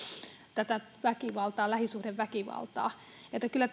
tätä lähisuhdeväkivaltaa eli kyllä